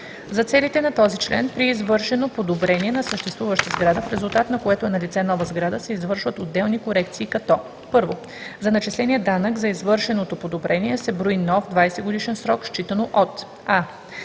За целите на този член при извършено подобрение на съществуваща сграда, в резултат на което е налице нова сграда, се извършват отделни корекции, като: 1. за начисления данък за извършеното подобрение се брои нов 20-годишен срок, считано от: